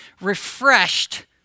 refreshed